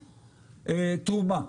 תרומה.